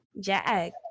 Jack